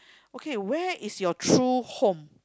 okay where is your true home